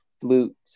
flute